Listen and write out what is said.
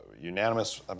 unanimous